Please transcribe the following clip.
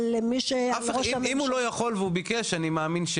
אם הוא לא יכול והוא ביקש אני מאמין,